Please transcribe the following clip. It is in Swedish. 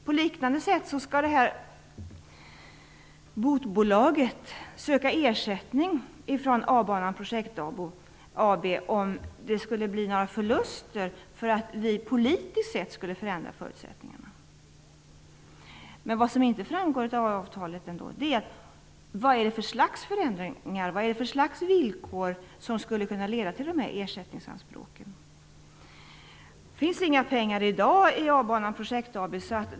På liknande sätt skall BoT-bolaget söka ersättning från A-Banan Projekt AB om det skulle bli några förluster för att vi politiskt förändrar förutsättningarna. Vad som inte framgår av avtalet är vad för slags förändringar och villkor som skulle kunna leda till dessa ersättningsanspråk. Det finns i dag inga pengar i A-Banan Projekt AB.